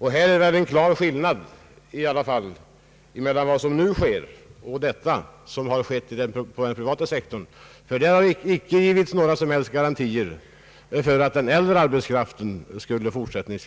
Här föreligger i alla fall en klar skillnad mellan vad som nu sker och vad som har skett på den privata sektorn. Där har inte givits några som helst garantier för att den äldre arbetskraften skulle ha jobb i fortsättningen,